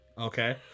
okay